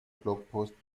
blogpost